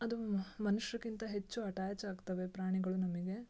ಅದು ಮನುಷ್ಯರ್ಗಿಂತ ಹೆಚ್ಚು ಅಟ್ಯಾಚ್ ಆಗ್ತಾವೆ ಪ್ರಾಣಿಗಳು ನಮಗೆ